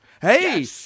Hey